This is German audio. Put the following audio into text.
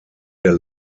der